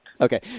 Okay